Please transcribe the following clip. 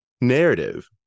narrative